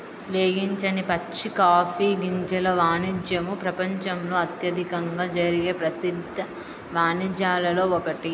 వేగించని పచ్చి కాఫీ గింజల వాణిజ్యము ప్రపంచంలో అత్యధికంగా జరిగే ప్రసిద్ధ వాణిజ్యాలలో ఒకటి